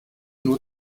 nur